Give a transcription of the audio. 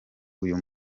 uyu